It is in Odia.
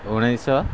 ଉଣେଇଶହ